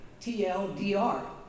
T-L-D-R